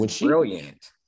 Brilliant